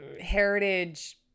heritage